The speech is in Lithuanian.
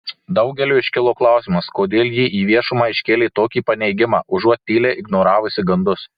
daugeliui iškilo klausimas kodėl ji į viešumą iškėlė tokį paneigimą užuot tyliai ignoravusi gandus